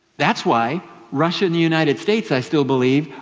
that's why russia and the united states, i still believe,